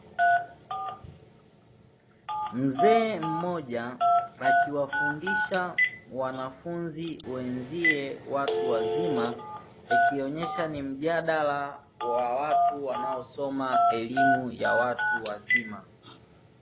Mzee mmoja akiwafundisha wanafunzi wenzie watu wazima, ikionyesha ni mjadala wa watu wanaosoma elimu ya watu wazima.